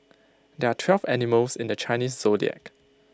there are twelve animals in the Chinese Zodiac